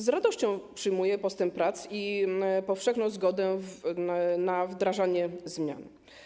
Z radością przyjmuję postęp prac i powszechną zgodę na wdrażanie zmian.